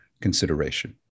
consideration